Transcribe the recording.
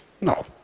No